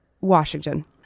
Washington